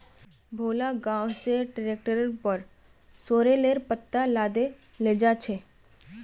भोला गांव स ट्रैक्टरेर पर सॉरेलेर पत्ता लादे लेजा छ